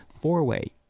Four-way